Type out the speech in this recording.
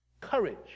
courage